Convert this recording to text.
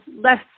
less